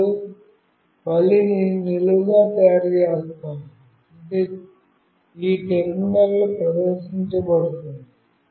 ఇప్పుడు మళ్ళీ నేను నిలువుగా తయారు చేసాను ఇది ఈ టెర్మినల్ లో ప్రదర్శించబడుతుంది